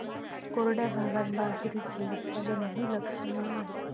कोरड्या भागात बाजरीचे उत्पादनही लक्षणीय आहे